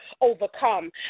overcome